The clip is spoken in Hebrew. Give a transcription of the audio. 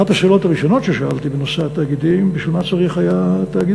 אחת השאלות הראשונות ששאלתי בנושא התאגידים: בשביל מה צריך תאגידים?